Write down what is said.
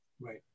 Right